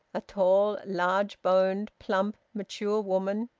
a tall, large-boned, plump, mature woman,